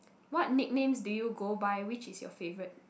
what nicknames do you go by which is your favorite